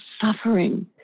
suffering